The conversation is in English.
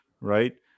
right